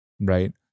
right